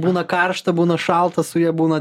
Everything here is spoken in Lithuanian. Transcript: būna karšta būna šalta su ja būna